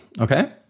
Okay